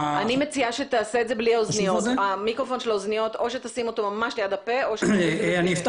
שנית, אני יכול